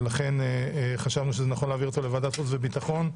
לכן חשבנו שנכון להעביר אותו לוועדת חוץ וביטחון.